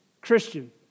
Christian